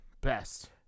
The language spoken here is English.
Best